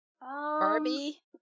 Barbie